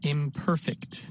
Imperfect